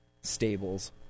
stables